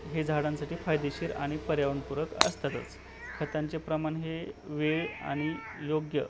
हे झाडांसाठी फायदेशीर आणि पर्यावरणपूरक असतातच खतांचे प्रमाण हे वेळ आणि योग्य